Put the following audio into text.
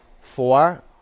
Four